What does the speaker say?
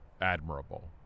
admirable